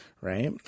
right